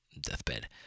deathbed